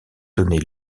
donner